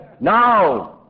now